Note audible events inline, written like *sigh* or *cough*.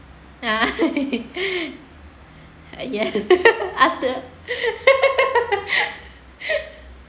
ya *laughs* better *laughs*